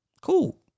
Cool